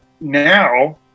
now